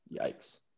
yikes